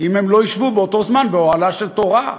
אם הם לא ישבו באותו זמן באוהלה של תורה,